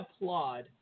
applaud